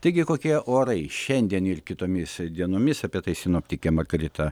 taigi kokie orai šiandien ir kitomis dienomis apie tai sinoptikė margarita